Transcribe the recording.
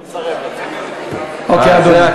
אני מסרב, אוקיי, אדוני.